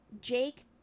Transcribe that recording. Jake